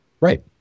Right